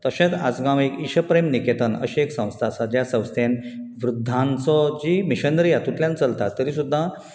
तशेंच आसगांव एक इशप्रेम निकेतन अशें एक संस्था आसा ज्या संस्थेन वृद्धांचो जी मिशनरी हातूतल्यान चलता तरी सुद्दां